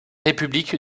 république